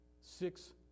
Six